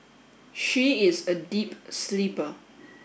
she is a deep sleeper